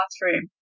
bathroom